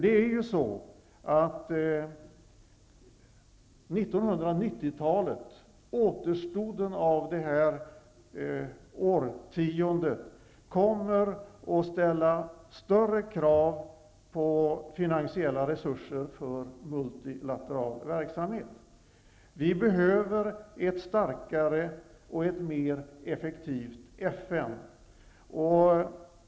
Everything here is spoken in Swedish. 1990-talet, dvs. återstoden av det här århundradet, kommer att ställa större krav på finansiella resurser för multilateral verksamhet. Vi behöver ett starkare och mera effektivt FN.